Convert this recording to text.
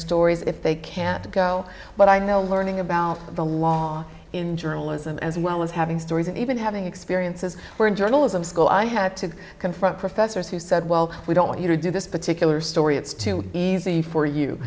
stories if they can't go but i know learning about the law in journalism as well as having stories and even having experiences where in journalism school i had to confront professors who said well we don't want you to do this particular story it's too easy for you